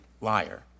liar